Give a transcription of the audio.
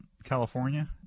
California